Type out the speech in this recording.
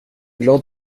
glad